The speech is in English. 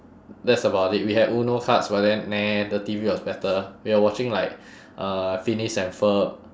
that's about it we had UNO cards but then nah the T_V was better we were watching like uh phineas and ferb